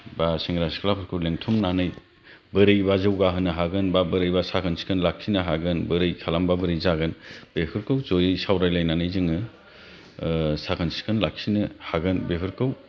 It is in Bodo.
बा सेंग्रा सिख्लाफोरखौ लेंथुमनानै बोरैबा जौगाहोनो हागोन बा बोरैबा साखोन सिखोन लाखिनो हागोन बोरै खालामबा बोरै जागोन बेफोरखौ जयै सावरायलायनानै जोङो साखोन सिखोन लाखिनो हागोन बेफोरखौ